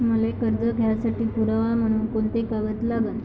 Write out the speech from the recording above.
मले कर्ज घ्यासाठी पुरावा म्हनून कुंते कागद लागते?